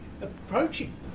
approaching